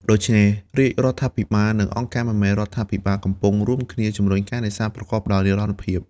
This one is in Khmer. ដូច្នេះ រាជរដ្ឋាភិបាលនិងអង្គការមិនមែនរដ្ឋាភិបាលកំពុងរួមគ្នាជំរុញការនេសាទប្រកបដោយនិរន្តរភាព។